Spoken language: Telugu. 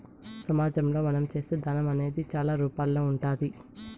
సమాజంలో మనం చేసే దానం అనేది చాలా రూపాల్లో ఉంటాది